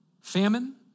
Famine